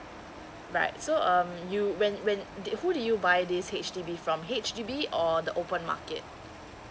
right so um you when when th~ who do you buy this H_D_B from H_D_B or the open market